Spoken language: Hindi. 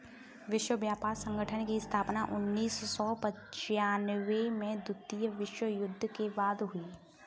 विश्व व्यापार संगठन की स्थापना उन्नीस सौ पिच्यानबें में द्वितीय विश्व युद्ध के बाद हुई